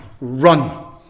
run